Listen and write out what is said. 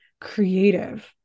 creative